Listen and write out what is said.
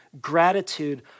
gratitude